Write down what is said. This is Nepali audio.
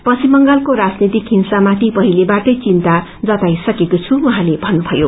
पश्चिम बंगलको राजनैतिक हिँसामाथि पहिलेबाटै चिन्ता जताइसकेको छु उहाँले भन्नुभयो